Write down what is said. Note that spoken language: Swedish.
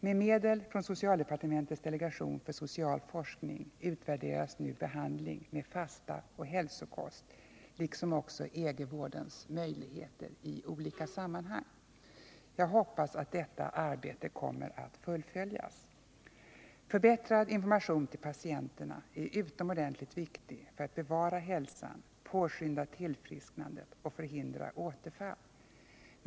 Med medel från socialdepartementets delegation för social forskning utvärderas nu behandling med fasta och hälsokost liksom också egenvårdens möjligheter i olika sammanhang. Jag hoppas att detta arbete kommer att fullföljas. Förbättrad information till patienterna är utomordentligt viktig för att dessa skall kunna bevara hälsan, för att tillfrisknandet skall påskyndas och för att återfall skall förhindras.